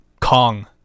Kong